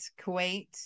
Kuwait